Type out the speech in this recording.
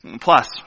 Plus